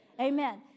Amen